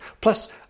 plus